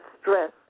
stress